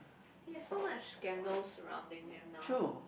yes so much scandal surrounding him now